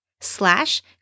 slash